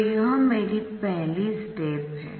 तो यह मेरी पहली स्टेप है